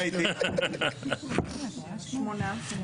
שמונה.